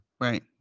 Right